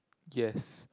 yes